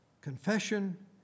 confession